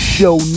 Show